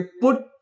put